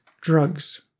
drugs